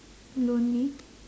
lonely